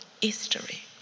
history